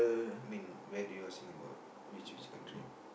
I mean when you're Singapore will you choose this country